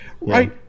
right